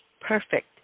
perfect